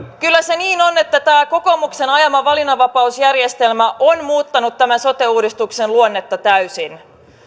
kyllä se niin on että tämä kokoomuksen ajama valinnanvapausjärjestelmä on muuttanut tämän sote uudistuksen luonnetta täysin